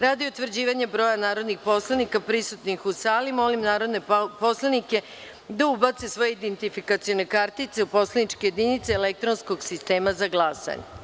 Radi utvrđivanja broja narodnih poslanika prisutnih u sali, molim narodne poslanike da ubace svoje identifikacione kartice u poslaničke jedinice elektronskog sistema za glasanje.